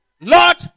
Lord